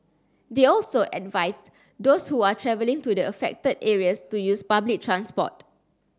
they also advised those who are travelling to the affected areas to use public transport